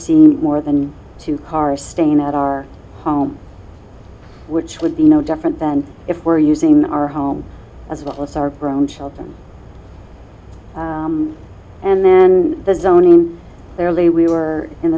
seen more than two car staying at our home which would be no different than if we're using our home as well as our grown children and then the zoning early we were in